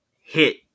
hit